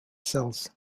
cells